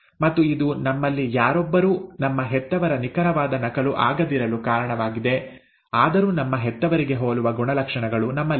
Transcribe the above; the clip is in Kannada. ಮತ್ತು ಇದು ನಮ್ಮಲ್ಲಿ ಯಾರೊಬ್ಬರೂ ನಮ್ಮ ಹೆತ್ತವರ ನಿಖರವಾದ ನಕಲು ಆಗದಿರಲು ಕಾರಣವಾಗಿದೆ ಆದರೂ ನಮ್ಮ ಹೆತ್ತವರಿಗೆ ಹೋಲುವ ಗುಣಲಕ್ಷಣಗಳು ನಮ್ಮಲ್ಲಿವೆ